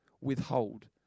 withhold